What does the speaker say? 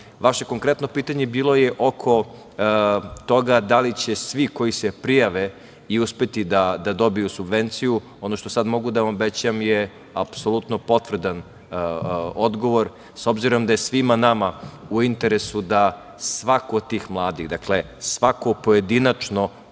konkretno pitanje je bilo oko toga da li će svi koji se prijave i uspeti da dobiju subvenciju, i ono što sada mogu da vam obećam je apsolutno potvrdan odgovor, s obzirom da je svima nama u interesu da svako od tih mladih da svako pojedinačno